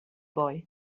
boy